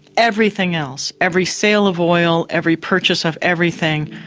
everything else, every sale of oil, every purchase of everything,